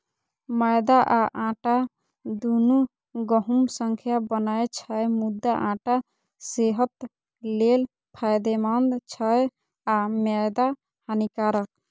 मैदा आ आटा, दुनू गहूम सं बनै छै, मुदा आटा सेहत लेल फायदेमंद छै आ मैदा हानिकारक